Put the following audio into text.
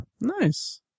Nice